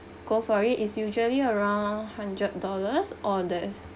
go for it it's usually around a hundred dollars all days